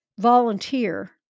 volunteer